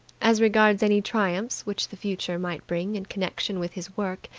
as regards any triumphs which the future might bring in connection with his work,